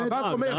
לא, באמת, באמת.